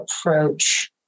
approach